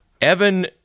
Evan